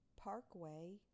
Parkway